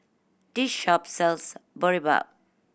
this shop sells Boribap